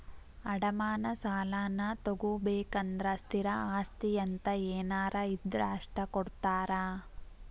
ಅಡಮಾನ ಸಾಲಾನಾ ತೊಗೋಬೇಕಂದ್ರ ಸ್ಥಿರ ಆಸ್ತಿ ಅಂತ ಏನಾರ ಇದ್ರ ಅಷ್ಟ ಕೊಡ್ತಾರಾ